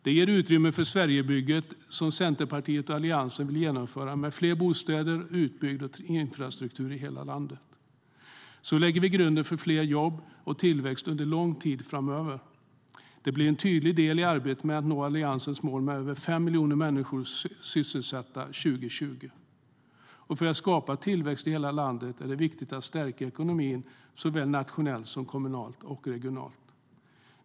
Det ger utrymme för Sverigebygget, som Centerpartiet och Alliansen vill genomföra, med fler bostäder och utbyggd infrastruktur i hela landet. Så lägger vi grunden för jobb och tillväxt under lång tid framöver. Det blir en tydlig del i arbetet med att nå Alliansens mål med över 5 miljoner människor sysselsatta 2020.För att skapa tillväxt i hela landet är det viktigt att stärka ekonomin såväl nationellt som kommunalt och regionalt.